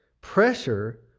Pressure